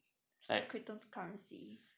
cryptocurrency